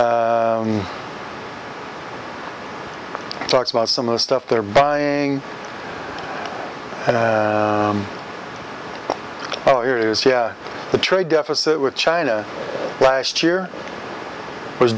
talks about some of the stuff they're buying and oh it is yeah the trade deficit with china last year was